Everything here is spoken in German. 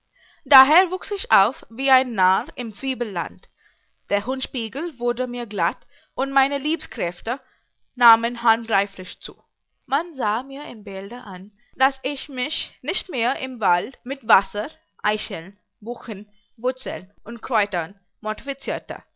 daher wuchs ich auf wie ein narr im zwiebelland der hurnspiegel wurde mir glatt und meine leibskräfte nahmen handgreiflich zu man sahe mir in bälde an daß ich mich nicht mehr im wald mit wasser eicheln buchen wurzeln und kräutern